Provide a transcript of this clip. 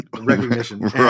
recognition